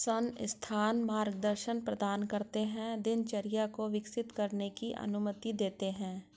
संस्थान मार्गदर्शन प्रदान करते है दिनचर्या को विकसित करने की अनुमति देते है